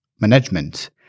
management